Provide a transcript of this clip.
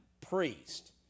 priest